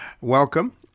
welcome